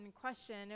question